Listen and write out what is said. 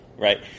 right